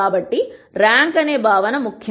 కాబట్టి ర్యాంక్ అనే భావన ముఖ్యం